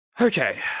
Okay